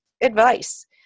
advice